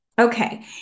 Okay